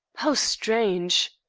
how strange!